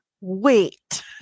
wait